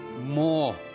more